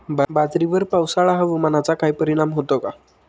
बाजरीवर पावसाळा हवामानाचा काही परिणाम होतो का?